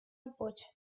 работе